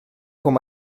com